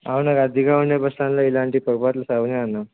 అవును రాద్దిగా ఉండే బస్టాండ్లో ఇలాంటి పరుపాట్లు సహజమే అన్నా